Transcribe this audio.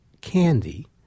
candy